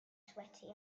sweaty